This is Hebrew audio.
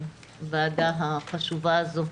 הוועדה החשובה הזאת.